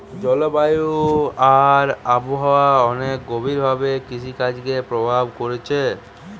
জলবায়ু আর আবহাওয়া অনেক গভীর ভাবে কৃষিকাজকে প্রভাব কোরছে